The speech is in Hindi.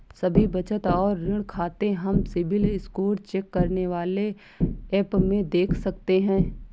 सभी बचत और ऋण खाते हम सिबिल स्कोर चेक करने वाले एप में देख सकते है